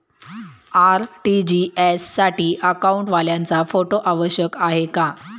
RTGS साठी अकाउंटवाल्याचा photo आवश्यक आहे का?